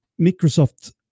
Microsoft